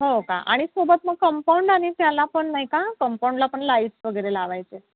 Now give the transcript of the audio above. हो का आणि सोबत मग कम्पाऊंड आणि त्याला पण नाही का कम्पाऊंडला पण लाईट्स वगैरे लावायचे